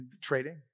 trading